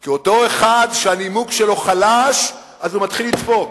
כי אותו אחד שהנימוק שלו חלש מתחיל לדפוק,